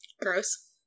Gross